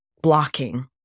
blocking